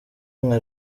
nka